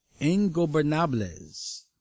Ingobernables